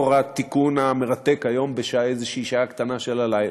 התיקון המרתק היום באיזושהי שעה קטנה של הלילה,